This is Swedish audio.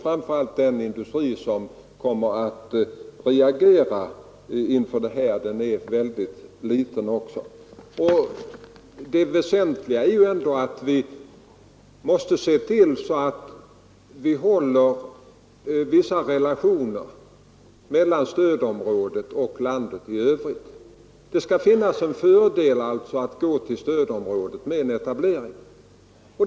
Framför allt gäller detta den industri som kommer att reagera inför dessa utgifter, för den är mycket liten. Det väsentliga är ändå att vi måste se till att hålla vissa relationer mellan stödområdet och landet i övrigt. Det skall finnas en fördel i att gå till stödområdet med en etablering.